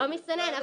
או מסתנן.